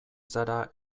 zara